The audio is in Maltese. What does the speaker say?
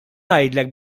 ngħidlek